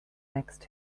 next